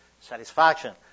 satisfaction